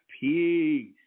Peace